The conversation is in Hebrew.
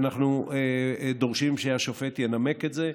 אנחנו דורשים שהשופט ינמק את זה.